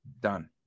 done